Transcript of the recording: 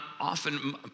often